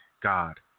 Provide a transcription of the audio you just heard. God